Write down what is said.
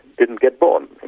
didn't get born.